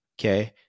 Okay